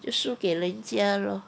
就输给人家 lor